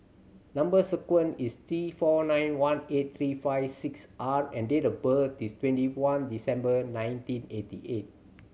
number sequence is T four nine one eight three five six R and date of birth is twenty one December nineteen eighty eight